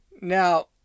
Now